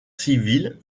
civiles